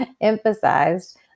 emphasized